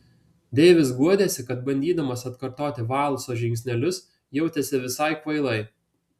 deivis guodėsi kad bandydamas atkartoti valso žingsnelius jautėsi visai kvailai